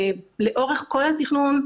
לאורך כל התכנון,